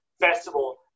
festival